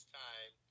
time